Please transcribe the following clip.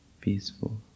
peaceful